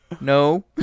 No